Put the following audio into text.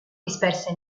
disperse